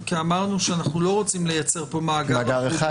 כי אמרנו שאנחנו לא רוצים לייצר פה מאגר אחוד.